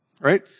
Right